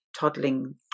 toddling